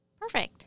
Perfect